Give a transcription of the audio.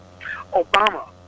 Obama